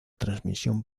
transmisión